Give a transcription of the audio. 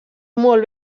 molt